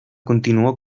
continuó